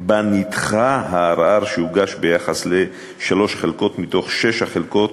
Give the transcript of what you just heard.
שבה נדחה הערר שהוגש ביחס לשלוש חלקות מתוך שש החלקות,